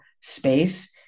space